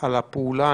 הפעולה.